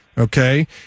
Okay